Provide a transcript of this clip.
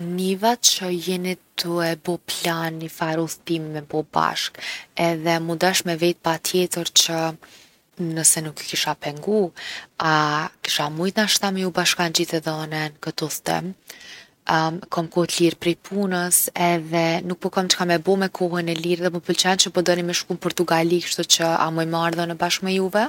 Niva që jeni tu e bo plan nifar udhëtimi me bo bashkë edhe mu dasht me vet patjetër që, nëse nuk ju kisha pengu, a kisha mujt me ju bashkangjit edhe unë n’kët udhëtim? kom kohë t’lirë prej punës edhe nuk po kom çka me bo me kohën e lirë edhe po m’pëlqen që po doni me shku n’Portugali. Kshtuqë a muj me ardh unë bashkë me juve?